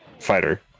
fighter